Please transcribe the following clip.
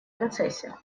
процессе